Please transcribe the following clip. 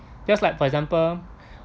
just like for example